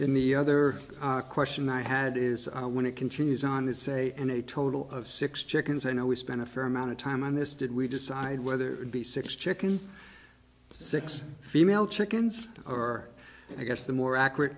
in the other question i had is when it continues on to say and a total of six chickens i know we spent a fair amount of time on this did we decide whether it be six chicken six female chickens or i guess the more accurate